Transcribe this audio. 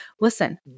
listen